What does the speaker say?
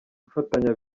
gufatanya